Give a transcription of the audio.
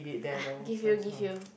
give you give you